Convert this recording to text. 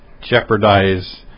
jeopardize